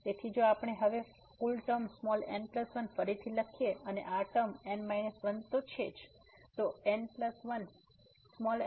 તેથી જો આપણે હવે કુલ ટર્મ n 1 ફરીથી લખીએ અને આ ટર્મ n 1 છે જ તો n1